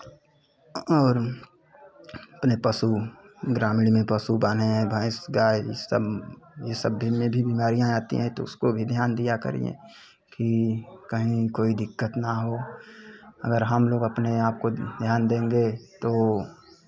और अपने पशु ग्रामीण में पशु बान्धे भैंस गाय ये सब ये सब में भी बीमारियाँ आती हैं तो इसको भी ध्यान दिया करिए कि कहीं कोई दिक्कत ना हो अगर हमलोग अपने आप को ध्यान देंगे तो